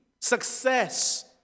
success